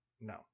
no